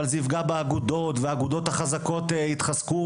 אבל זה יפגע באגודות והאגודות החזקות יתחזקו